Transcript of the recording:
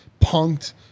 punked